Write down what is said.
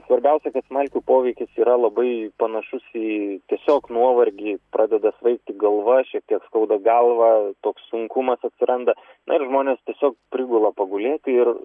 svarbiausia kad smalkių poveikis yra labai panašus į tiesiog nuovargį pradeda svaigti galva šiek tiek skauda galvą toks sunkumas atsiranda na ir žmonės tiesiog prigula pagulėti ir